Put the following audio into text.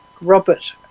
Robert